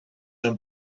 son